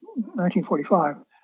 1945